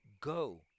Go